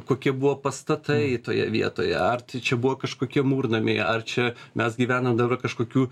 kokie buvo pastatai toje vietoje ar tai čia buvo kažkokie mūrnamiai ar čia mes gyvenam dabar kažkokių